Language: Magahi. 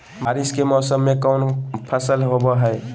बारिस के मौसम में कौन फसल होबो हाय?